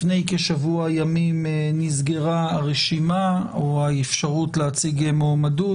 לפני כשבוע ימים נסגרה הרשימה או האפשרות להציג מועמדות,